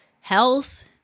health